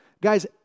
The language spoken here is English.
guys